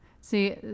see